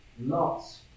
Lot's